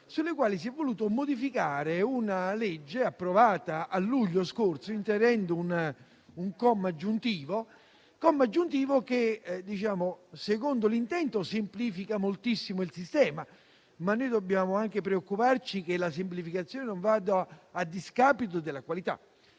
delle quali si è voluto modificare una legge approvata nel luglio scorso inserendo un comma aggiuntivo che, secondo l'intento, semplifica moltissimo il sistema. Ma noi dobbiamo anche preoccuparci che la semplificazione non vada a discapito della qualità.